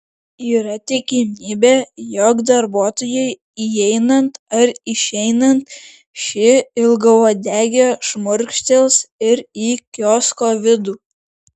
yra tikimybė jog darbuotojui įeinant ar išeinant ši ilgauodegė šmurkštels ir į kiosko vidų